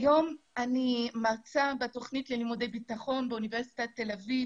כיום אני מרצה בתוכנית ללימודי ביטחון באוניברסיטת תל אביב.